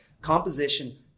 Composition